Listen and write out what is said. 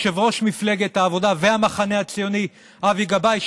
מפלגת העבודה וכמובן יושב-ראש מפלגת העבודה והמחנה הציוני אבי גבאי,